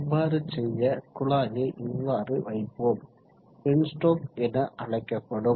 அவ்வாறு செய்ய குழாயை இவ்வாறு வைப்போம் பென்ஸ்டோக் என அழைக்கப்படும்